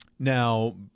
Now